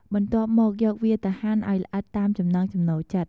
បន្ទាប់មក យកវាទៅហាន់ឱ្យល្អិតតាមចំណង់ចំណូលចិត្ត។